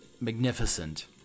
magnificent